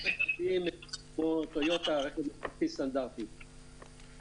תנסה להיות יותר פשטן במושגים התחבורתיים שלך.